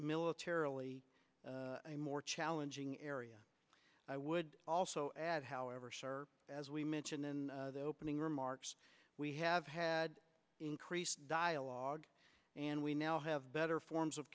militarily a more challenging area i would also add however sir as we mentioned in the opening remarks we have had increased dialogue and we now have better forms of